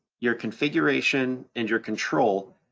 your configuration, and your control,